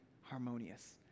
harmonious